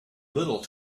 little